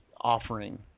offering